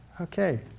Okay